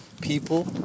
people